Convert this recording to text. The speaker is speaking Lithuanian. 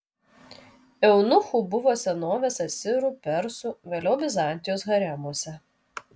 eunuchų buvo senovės asirų persų vėliau bizantijos haremuose